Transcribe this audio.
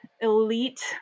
elite